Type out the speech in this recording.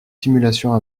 simulations